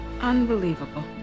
Unbelievable